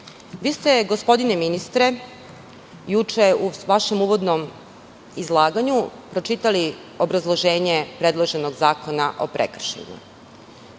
ste gospodine ministre, juče u vašem uvodnom izlaganju pročitali obrazloženje predloženog zakona o prekršajima